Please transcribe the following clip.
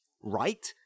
right